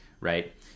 right